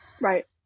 Right